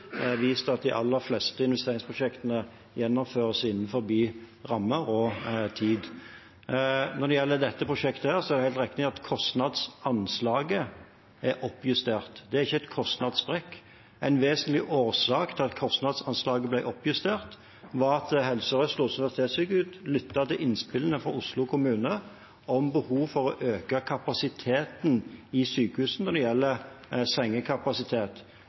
at de aller fleste investeringsprosjektene gjennomføres innenfor rammer og tid. Når det gjelder dette prosjektet, er det helt riktig at kostnadsanslaget er oppjustert. Det er ikke en kostnadssprekk. En vesentlig årsak til at kostnadsanslaget ble oppjustert, var at Helse Sør-Øst og Oslo universitetssykehus lyttet til innspillene fra Oslo kommune om behovet for å øke kapasiteten i sykehusene når det gjelder